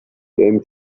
came